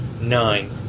Nine